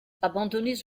abandonnées